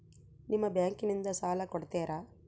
ನಿಮ್ಮ ಬ್ಯಾಂಕಿನಿಂದ ಸಾಲ ಕೊಡ್ತೇರಾ?